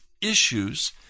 issues